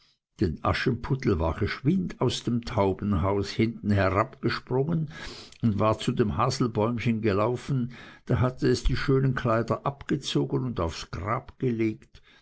denn aschenputtel war geschwind aus dem taubenhaus hinten herabgesprungen und war zu dem haselbäumchen gelaufen da hatte es die schönen kleider abgezogen und aufs grab gelegt